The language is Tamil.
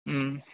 ம்